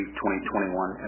2021